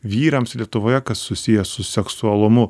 vyrams lietuvoje kas susiję su seksualumu